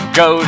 go